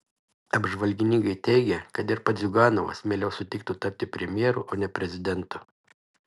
apžvalgininkai teigia kad ir pats ziuganovas mieliau sutiktų tapti premjeru o ne prezidentu